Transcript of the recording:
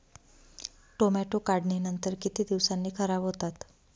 Tomato काढणीनंतर किती दिवसांनी खराब होतात?